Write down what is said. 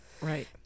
right